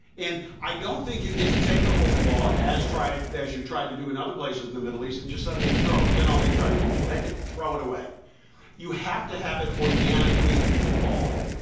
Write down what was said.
and i don't think you get to take the holy law, as tried as you tried to do in other places in the middle east, and just suddenly throw it ben ali tried to do it, just take it, throw it away you have to have it organically evolve.